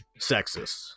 sexist